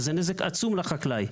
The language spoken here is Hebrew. שזה נזק עצום לחקלאי.